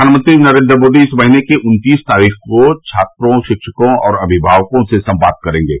प्रधानमंत्री नरेन्द्र मोदी इस महीने की उन्तीस तारीख को छात्रों शिक्षकों और अभिभावकों से संवाद करेंगे